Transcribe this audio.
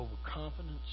overconfidence